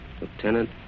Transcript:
Lieutenant